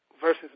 versus